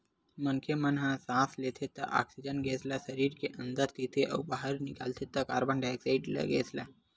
मनखे मन ह सांस लेथे त ऑक्सीजन गेस ल सरीर के अंदर तीरथे अउ बाहिर निकालथे त कारबन डाईऑक्साइड ऑक्साइड गेस ल